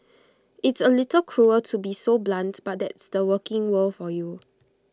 it's A little cruel to be so blunt but that's the working world for you